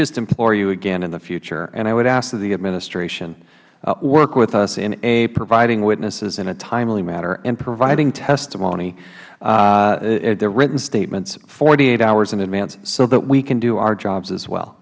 just implore you again in the future and i would ask that the administration work with us in a providing witnesses in a timely manner and providing testimony the written statements forty eight hours in advance so that we can do our jobs as well